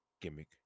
Gimmick